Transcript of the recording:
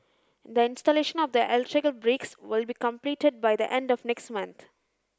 the installation of the electrical breaks will be completed by the end of next month